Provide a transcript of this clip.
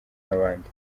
n’abandi